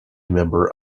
member